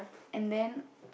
and then